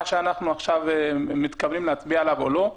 שאנחנו עכשיו מתכוונים להצביע עליו או לא?